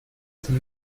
von